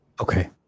Okay